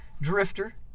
Drifter